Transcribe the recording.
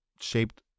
shaped